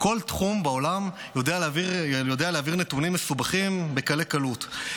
כל תחום בעולם יודע להעביר נתונים מסובכים בקלי קלות,